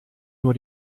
nur